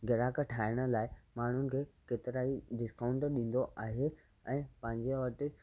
गिराक ठाहिण लाइ माण्हुनि खे केतिरा ई डिस्काउंट ॾींदो ऐं पंहिंजे वटि